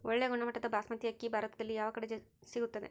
ಒಳ್ಳೆ ಗುಣಮಟ್ಟದ ಬಾಸ್ಮತಿ ಅಕ್ಕಿ ಭಾರತದಲ್ಲಿ ಯಾವ ಕಡೆ ಸಿಗುತ್ತದೆ?